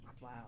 Wow